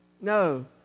No